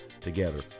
together